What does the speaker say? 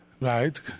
right